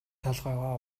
толгойгоо